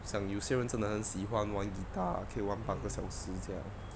想有些人真的很喜欢玩 guitar 可以玩八个小时这样